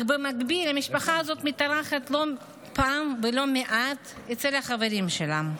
אך במקביל המשפחה הזאת מתארחת לא פעם ולא מעט אצל החברים שלהם.